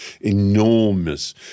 enormous